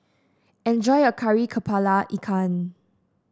enjoy your Kari kepala Ikan